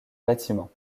bâtiment